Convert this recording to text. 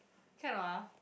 can or not ah